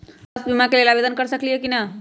का हम स्वास्थ्य बीमा के लेल आवेदन कर सकली ह की न?